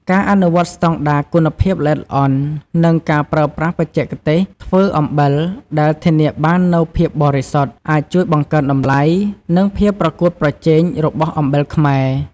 ការអនុវត្តស្តង់ដារគុណភាពល្អិតល្អន់ និងការប្រើប្រាស់បច្ចេកទេសធ្វើអំបិលដែលធានាបាននូវភាពបរិសុទ្ធ អាចជួយបង្កើនតម្លៃ និងភាពប្រកួតប្រជែងរបស់អំបិលខ្មែរ។